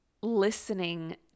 listening